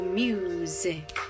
music